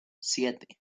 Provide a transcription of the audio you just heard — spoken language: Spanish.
siete